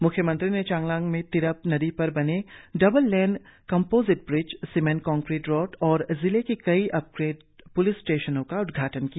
म्ख्यमंत्री ने चांगलांग में तिरप नदी पर बने double lane composite bridge cement concrete road और जिले के कई अपग्रेडेट प्लिस स्टेशनों का उद्घाटन किया